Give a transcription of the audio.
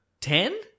ten